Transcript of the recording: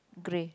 grey